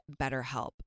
BetterHelp